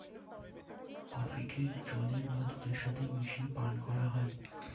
কফিকে জলের বা দুধের সাথে মিশিয়ে পান করা হয়